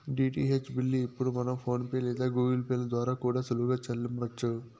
DTH bill ఇప్పుడు మనం PhonePe లేదా గూగుల్ పే ల ద్వారా కూడా సులువుగా సెల్లించొచ్చు